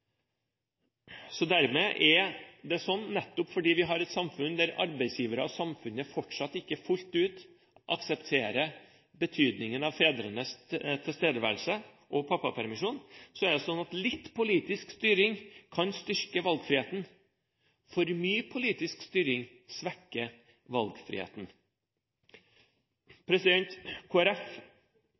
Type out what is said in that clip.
Det er sånn, nettopp fordi arbeidsgivere og samfunnet fortsatt ikke fullt ut aksepterer betydningen av fedrenes tilstedeværelse og pappapermisjon, at litt politisk styring kan styrke valgfriheten, men for mye politisk styring svekker